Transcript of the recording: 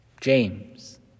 James